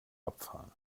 abfahren